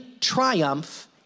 triumph